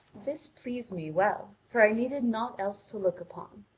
this pleased me well, for i needed naught else to look upon.